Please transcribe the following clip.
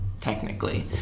technically